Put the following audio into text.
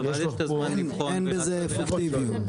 אין בזה אפקטיביות.